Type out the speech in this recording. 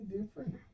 different